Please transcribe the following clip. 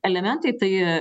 elementai tai